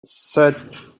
sept